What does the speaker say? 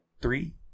Three